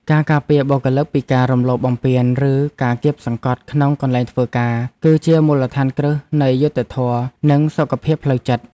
ការការពារបុគ្គលិកពីការរំលោភបំពានឬការគាបសង្កត់ក្នុងកន្លែងធ្វើការ គឺជាមូលដ្ឋានគ្រឹះនៃយុត្តិធម៌និងសុខភាពផ្លូវចិត្ត។